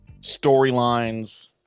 storylines